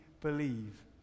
believe